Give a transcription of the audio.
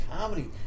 comedy